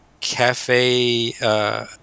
Cafe